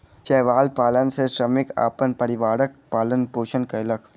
शैवाल पालन सॅ श्रमिक अपन परिवारक पालन पोषण कयलक